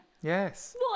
Yes